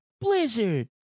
blizzard